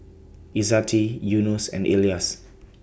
Izzati Yunos and Elyas